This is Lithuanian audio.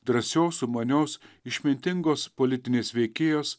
drąsios sumanios išmintingos politinės veikėjos